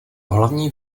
hlavní